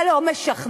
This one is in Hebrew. זה לא משכנע,